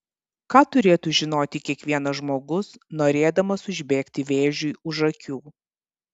ką turėtų žinoti kiekvienas žmogus norėdamas užbėgti vėžiui už akių